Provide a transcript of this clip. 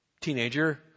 teenager